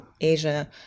Asia